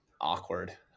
awkward